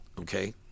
okay